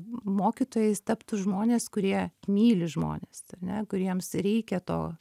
mokytojais taptų žmonės kurie myli žmones ar ne kuriems reikia to